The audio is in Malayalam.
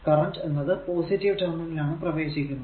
കറന്റ് എന്നത് പോസിറ്റീവ് ടെർമിനൽ ആണ് പ്രവേശിക്കുന്നത്